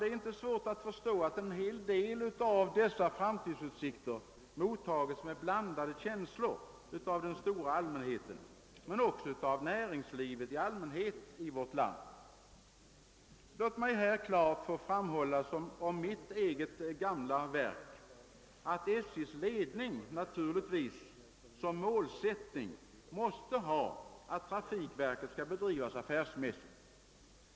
Det är inte svårt att förstå att en hel del av dessa framtidsutsikter mottas med blandade känslor av den stora allmänheten och även av näringslivet i allmänhet. Låt mig här klart få framhålla om mitt eget gamla verk, att SJ:s ledning naturligtvis som målsättning måste ha att trafikverket skall bedrivas affärsmässigt.